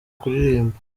kuririmba